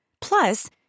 Plus